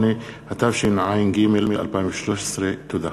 8), התשע"ג 2013. תודה.